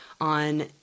on